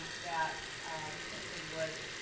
that we simply would,